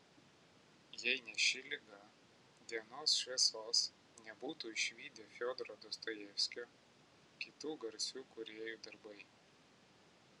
jei ne ši liga dienos šviesos nebūtų išvydę fiodoro dostojevskio kitų garsių kūrėjų darbai